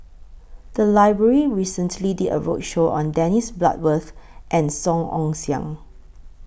The Library recently did A roadshow on Dennis Bloodworth and Song Ong Siang